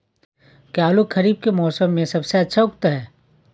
क्या आलू खरीफ के मौसम में सबसे अच्छा उगता है?